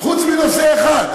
חוץ מבנושא אחד,